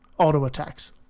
auto-attacks